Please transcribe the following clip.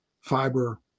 fiber